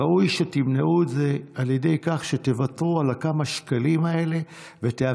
ראוי שתמנעו את זה על ידי כך שתוותרו על הכמה שקלים האלה ותאפשרו